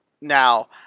now